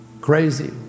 Crazy